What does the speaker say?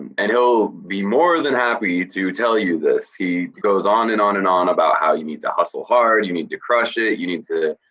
and he'll be more than happy to tell you this. he goes on and on and on about how you need to hustle hard, you need to crush it, you need to,